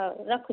ହଉ ରଖୁଛି